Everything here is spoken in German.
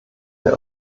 der